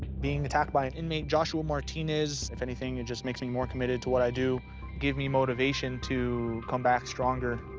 being attacked by an inmate, joshua martinez, if anything, it just makes me more committed to what i do, it gave me motivation to come back stronger,